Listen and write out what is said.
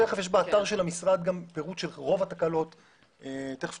אם זה